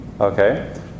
okay